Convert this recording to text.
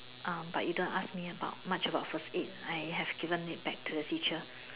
um but you don't ask me about much about first aid I have given it back to the teacher